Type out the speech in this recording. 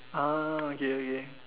ah okay okay